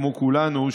כמו כולנו,